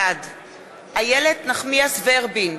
בעד איילת נחמיאס ורבין,